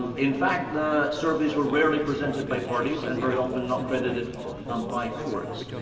in fact the surveys were rarely presented by parties and very often not credited um by courts.